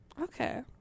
okay